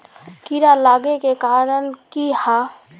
कीड़ा लागे के कारण की हाँ?